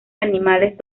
animales